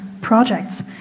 projects